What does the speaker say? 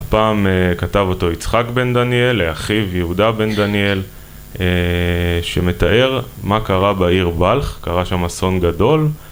פעם כתב אותו יצחק בן דניאל, לאחיו יהודה בן דניאל שמתאר מה קרה בעיר בלח, קרה שם אסון גדול